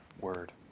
word